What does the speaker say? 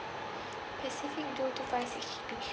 pacific blue two five six G_B